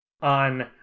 on